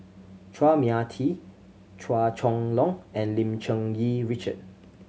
Chua Mia Tee Chua Chong Long and Lim Cherng Yih Richard